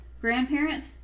grandparents